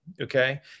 okay